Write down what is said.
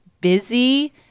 busy